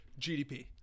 GDP